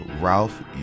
Ralph